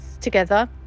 together